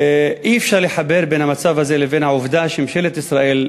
אי-אפשר לחבר בין המצב הזה לבין העובדה שממשלת ישראל,